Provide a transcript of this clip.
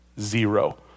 Zero